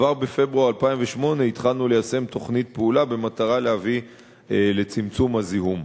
כבר בפברואר 2008 התחלנו ליישם תוכנית פעולה במטרה להביא לצמצום הזיהום.